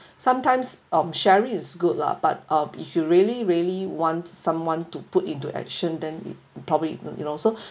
sometimes um sharing is good lah but uh if you really really want someone to put into action then it probably you you know so